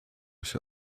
się